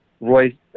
Roy